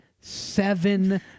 Seven